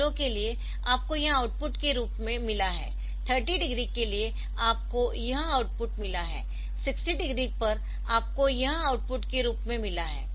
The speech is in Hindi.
तो 0 के लिए आपको यह आउटपुट के रूप में मिला है 30 डिग्री के लिए आपको यह आउटपुट मिला है 60 डिग्री पर आपको यह आउटपुट के रूप में मिला है